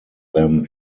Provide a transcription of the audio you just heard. them